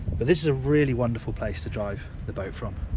but this is a really wonderful place to drive the boat from.